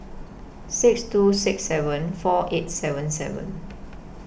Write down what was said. six two six seven four eight seven seven